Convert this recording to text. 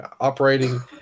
operating